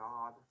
God